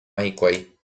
hikuái